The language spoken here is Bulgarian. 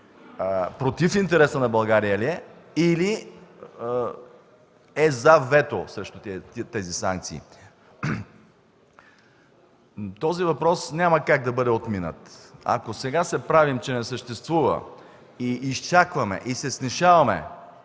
против интереса на България ли е, или е за вето срещу тези санкции. Този въпрос няма как да бъде отминат. Ако сега се правим, че не съществува, изчакваме и се снишаваме,